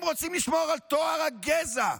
הם רוצים לשמור על טוהר הגזע.